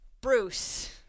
Bruce